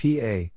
PA